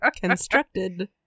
Constructed